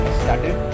started